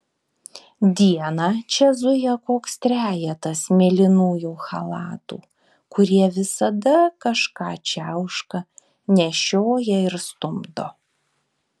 dieną čia zuja koks trejetas mėlynųjų chalatų kurie visada kažką čiauška nešioja ir stumdo